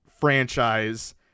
franchise